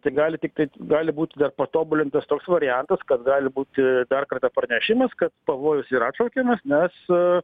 tai gali tiktai gali būt dar patobulintas toks variantas kad gali būti dar kartą pranešimas kad pavojus yra atšaukiamas nes